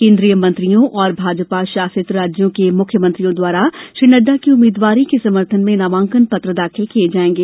केन्द्रीय मंत्रियों और भाजपा शासित राज्यों के मुख्य मंत्रियों द्वारा श्री नड़ा की उम्मीदवारी के समर्थन में नामांकन पत्र दाखिल किए जाएंगे